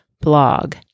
blog